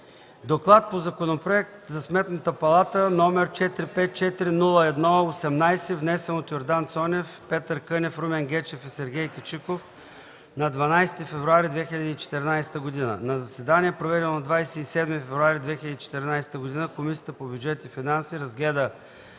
„ДОКЛАД по Законопроект за Сметната палата, № 454-01-18, внесен от Йордан Цонев, Петър Кънев, Румен Гечев и Сергей Кичиков на 12 февруари 2014 г. На заседание, проведено на 27 февруари 2014 г., Комисията по бюджет и финанси разгледа